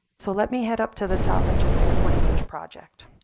so let me head up to the top and just explain each project.